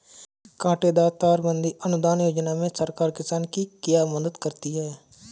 कांटेदार तार बंदी अनुदान योजना में सरकार किसान की क्या मदद करती है?